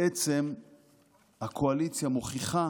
בעצם הקואליציה מוכיחה